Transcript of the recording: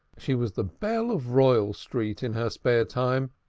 she was the belle of royal street in her spare time,